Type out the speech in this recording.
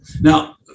Now